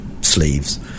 sleeves